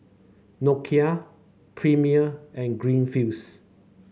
Nokia Premier and Greenfields